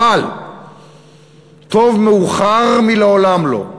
אבל טוב מאוחר מלעולם לא.